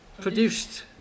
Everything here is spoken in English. produced